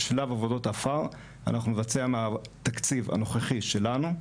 את שלב עבודות העפר אנחנו נבצע מהתקציב הנוכחי שלנו.